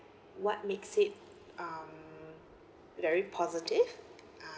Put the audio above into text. what makes it very positive um